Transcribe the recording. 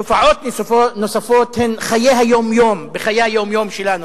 תופעות נוספות הן בחיי היום-יום שלנו,